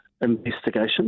investigation